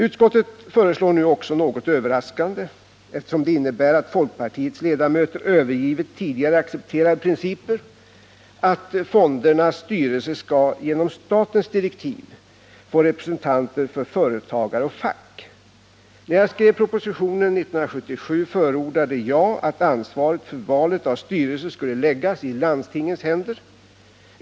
Utskottet föreslår nu också — något överraskande, eftersom det innebär att folkpartiets ledamöter övergivit tidigare accepterade principer — att fondernas styrelser skall genom statens direktiv få representanter för företagare och fack. När jag skrev propositionen 1977 förordade jag att ansvaret för valet av styrelser skulle läggas i landstingens händer.